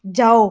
ਜਾਓ